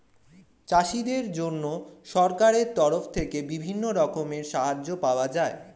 চাষীদের জন্য সরকারের তরফ থেকে বিভিন্ন রকমের সাহায্য পাওয়া যায়